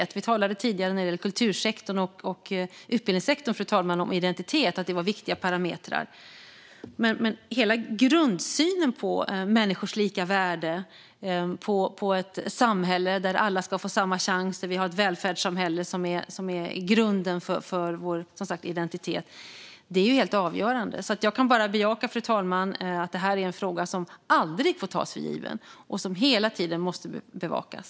När vi talade om kultursektorn och utbildningssektorn tidigare, fru talman, talade vi om identitet och att det var viktiga parametrar. Hela grundsynen gällande människors lika värde och ett samhälle där alla ska få samma chans - att vi har ett välfärdssamhälle som är grunden för vår identitet - är ju helt avgörande. Jag kan alltså bara bejaka att detta är en fråga som aldrig får tas för given, fru talman, och som hela tiden måste bevakas.